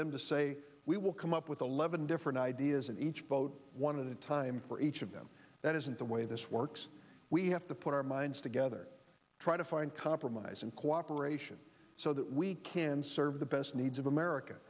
them to say we will come up with eleven different ideas and each vote one of the time for each of them that isn't the way this works we have to put our minds together try to find compromise and cooperation so that we can serve the best needs of america